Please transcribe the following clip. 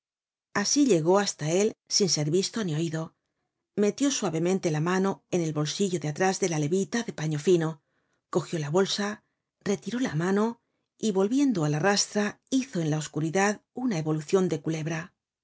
asi llegó hasta él sin ser visto ni oido metió suavemente la mano en el bolsillo de atrás de la levita de paño fino cogió la bolsa retiró la mano y volviendo á la rastra hizo en la oscuridad una evolucion de culebra